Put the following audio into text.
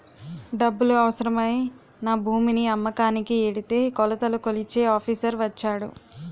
డబ్బులు అవసరమై నా భూమిని అమ్మకానికి ఎడితే కొలతలు కొలిచే ఆఫీసర్ వచ్చాడు